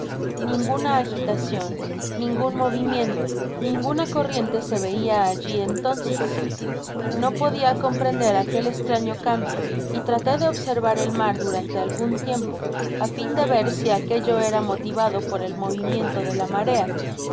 ninguna agitacion ningun movimiento ninguna corriente se veia alli entonces no podia comprender aquel estraño cambio y traté de observar el mar durante algun tiempo á fin de ver si aquello era motivado por el movimiento de la marea